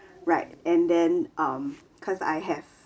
right and then um because I have